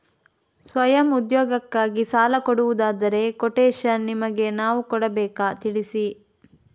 ಸ್ವಯಂ ಉದ್ಯೋಗಕ್ಕಾಗಿ ಸಾಲ ಕೊಡುವುದಾದರೆ ಕೊಟೇಶನ್ ನಿಮಗೆ ನಾವು ಕೊಡಬೇಕಾ ತಿಳಿಸಿ?